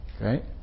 Right